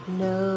no